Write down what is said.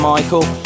Michael